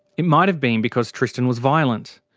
it might have been because tristan was violent.